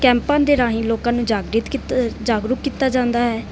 ਕੈਂਪਾਂ ਦੇ ਰਾਹੀਂ ਲੋਕਾਂ ਨੂੰ ਜਾਗਰਿਤ ਕੀਤ ਜਾਗਰੂਕ ਕੀਤਾ ਜਾਂਦਾ ਹੈ